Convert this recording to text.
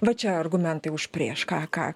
va čia argumentai už prieš ką ką